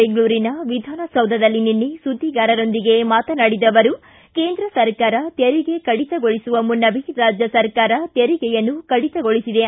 ಬೆಂಗಳೂರಿನ ವಿಧಾನಸೌಧದಲ್ಲಿ ನಿನ್ನೆ ಸುದ್ದಿಗಾರರೊಂದಿಗೆ ಮಾತನಾಡಿದ ಅವರು ಕೇಂದ್ರ ಸರ್ಕಾರ ತೆರಿಗೆ ಕಡಿತಗೊಳಿಸುವ ಮುನ್ನವೇ ರಾಜ್ಯ ಸರ್ಕಾರ ತೆರಿಗೆಯನ್ನು ಕಡಿತಗೊಳಿಸಿದೆ